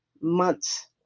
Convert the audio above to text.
months